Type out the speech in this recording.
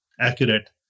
accurate